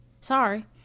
Sorry